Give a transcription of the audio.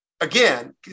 Again